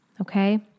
Okay